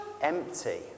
empty